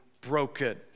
broken